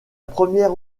première